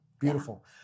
Beautiful